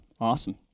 Awesome